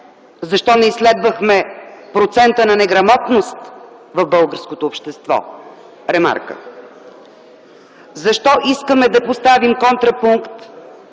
защо не изследвахме процента на неграмотност в българското общество? Ремарка. Защо искаме да поставим контрапункт